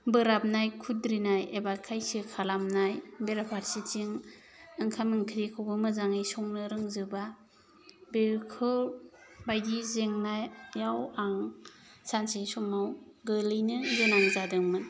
बोराबनाय खुद्रिनाय एबा खायसो खालामनाय बेराफारसेथिं ओंखाम ओंख्रिखौबो मोजाङै संनो रोंजोबा बेखौ बायदि जेंनायाव आं सानसे समाव गोलैनो गोनां जादोंमोन